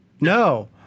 No